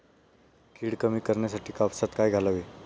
कीड कमी करण्यासाठी कापसात काय घालावे?